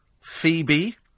Phoebe